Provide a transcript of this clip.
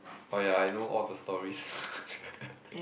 oh ya I know all of the stories